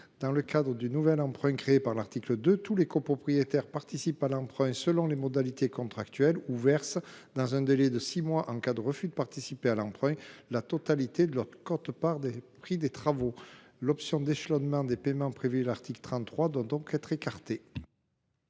Dans le cadre du nouvel emprunt créé à l’article 2, tous les copropriétaires participent à l’emprunt selon les modalités contractuelles, ou, en cas de refus, versent dans un délai de six mois la totalité de leur quote part du prix des travaux. L’option d’échelonnement des paiements prévue à l’article 33 doit donc être écartée.